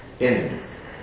enemies